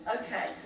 Okay